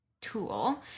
tool